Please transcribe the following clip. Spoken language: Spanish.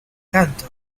canto